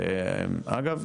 אגב,